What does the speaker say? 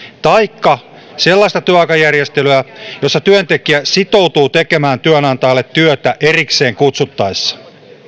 taikka sellaista työaikajärjestelyä jossa työntekijä sitoutuu tekemään työnantajalle työtä erikseen kutsuttaessa